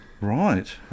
Right